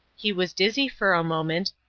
he was dizzy for a moment,